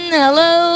hello